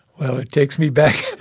well, takes me back.